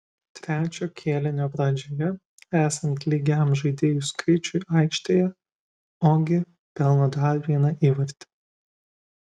trečio kėlinio pradžioje esant lygiam žaidėjų skaičiui aikštėje ogi pelno dar vieną įvartį